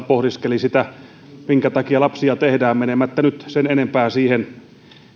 pohdiskeli sitä minkä takia lapsia tehdään menemättä nyt sen enempää siihen